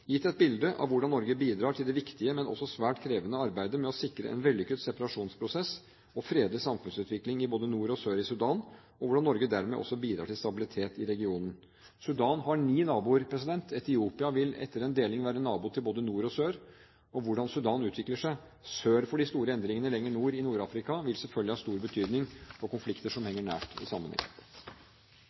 gitt et bilde av hvordan Norge bidrar til det viktige, men også svært krevende arbeidet med å sikre en vellykket separasjonsprosess og fredelig samfunnsutvikling både nord og sør i Sudan, og hvordan Norge også dermed bidrar til stabilitet i regionen. Sudan har ni naboer. Etiopia vil etter en deling være nabo til både nord og sør, og hvordan Sudan utvikler seg sør for de store endringene lenger nord, i Nord-Afrika, vil selvfølgelig ha stor betydning for konflikter som henger nært